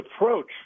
approach